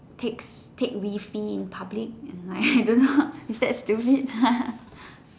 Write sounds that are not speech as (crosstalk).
takes take Wefie in public and like I don't know is that stupid (laughs)